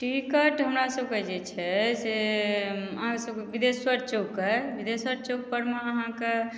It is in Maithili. टिकट हमरा सबके जे छै से अहाँसबके बिन्देश्वर चौक अइ बिन्देश्वर चौकपर मे अहाँके